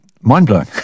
mind-blowing